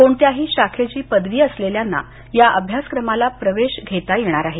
कोणत्याही शाखेची पदवी असलेल्याना या अभ्यासक्रमाला प्रवेश घेता येणार आहे